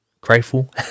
grateful